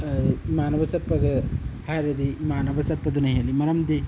ꯏꯃꯥꯟꯅꯕ ꯆꯠꯄꯒ ꯍꯥꯏꯔꯗꯤ ꯏꯃꯥꯟꯅꯕꯒ ꯆꯠꯄꯗꯨꯅ ꯍꯦꯜꯂꯤ ꯃꯔꯝꯗꯤ